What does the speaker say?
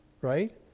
right